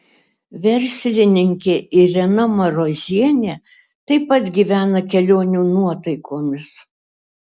verslininkė irena marozienė taip pat gyvena kelionių nuotaikomis